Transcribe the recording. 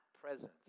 presence